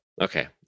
Okay